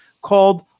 called